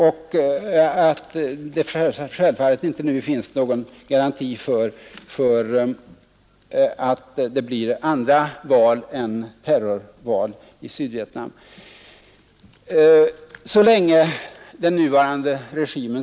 Så långt tidningen. Självfallet finns det inte heller nu någon garanti för att det blir annat än terrorval i Sydvietnam.